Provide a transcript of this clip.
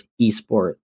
esport